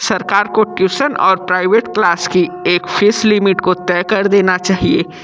सरकार को ट्यूशन और प्राइवेट क्लास की एक फ़ीस लिमिट को तय कर देना चाहिए